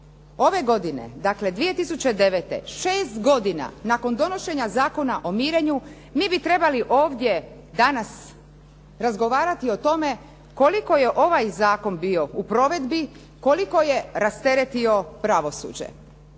Ove godine dakle 2009. šest godina nakon donošenja Zakona o mirenju mi bi trebali ovdje danas razgovarati o tome koliko je ovaj zakon bio u provedbi, koliko je rasteretio pravosuđe.